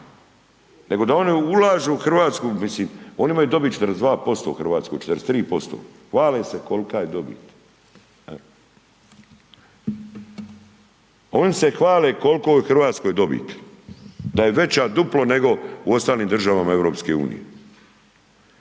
nego da oni ulažu u Hrvatsku, mislim, oni imaju dobit 42%, 43%, hvale se kolika je dobit. Oni se hvale koliko je u Hrvatskoj dobiti. Da je veća duplo nego u ostalim država EU.